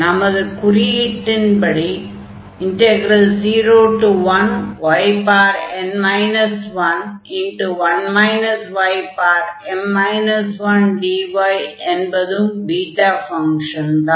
நமது குறியீட்டின்படி 01yn 11 ym 1dy என்பதும் பீட்டா ஃபங்ஷன்தான்